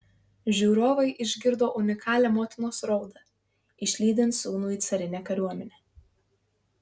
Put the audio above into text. žiūrovai išgirdo unikalią motinos raudą išlydint sūnų į carinę kariuomenę